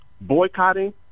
Boycotting